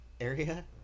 area